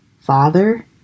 Father